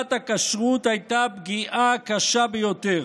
אדוני היושב-ראש,